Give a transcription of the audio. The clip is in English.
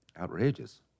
outrageous